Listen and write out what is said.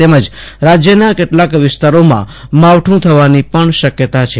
તેમજ રાજયના કેટલાક વિસ્તારોમાં માવઠ થવાની પણ શક્યતા છે